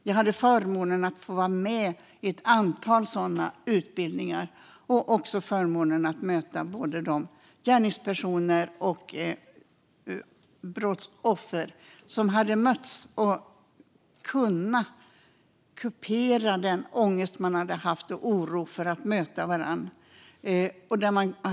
Jag hade förmånen att få vara med i ett antal sådana utbildningar och också möta gärningspersoner och brottsoffer som hade fått mötas och kupera den ångest och oro de haft inför att möta varandra.